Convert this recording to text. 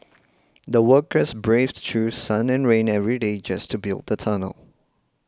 the workers braved through sun and rain every day just to build the tunnel